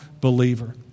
believer